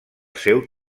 seu